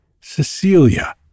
Cecilia